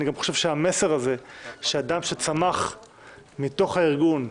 אני גם חושב שהמסר הזה, שאדם שצמח מתוך הארגון,